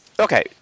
Okay